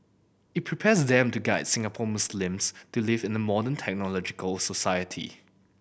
it prepares them to guide Singapore Muslims to live in a modern technological society